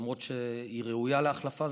למרות שהיא ראויה להחלפה,